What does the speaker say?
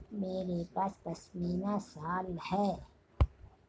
मेरे पास पशमीना शॉल है